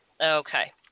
Okay